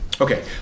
Okay